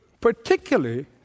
particularly